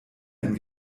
ein